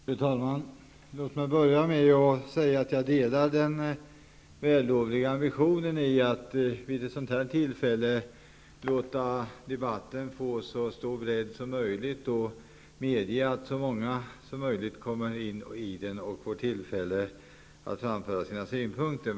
Fru talman! Låt mig börja med att instämma i den vällovliga ambitionen att vid ett sådant här tillfälle låta debatten få så stor bredd som möjligt och medge att så många som möjligt får tillfälle att framföra sina synpunkter.